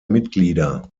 mitglieder